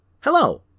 Hello